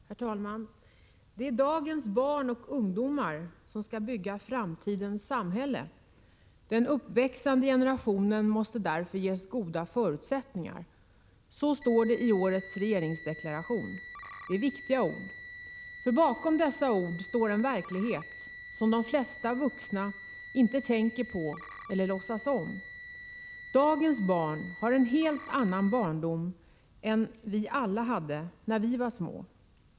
Herr talman! ”Det är dagens barn och ungdomar som skall bygga framtidens samhälle. Den uppväxande generationen måste därför ges goda förutsättningar.” Så står det i årets regeringsdeklaration. Det är viktiga ord. Bakom dessa ord står nämligen en verklighet som de flesta vuxna inte tänker på eller låtsas om. Dagens barn har en helt annan barndom än alla vi som sitter i den här salen hade när vi var små.